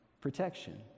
protection